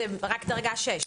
זה רק דרגה (6)?